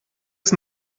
ist